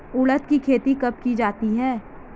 उड़द की खेती कब की जाती है?